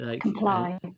Comply